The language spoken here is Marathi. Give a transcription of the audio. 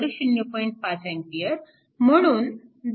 5A म्हणून 2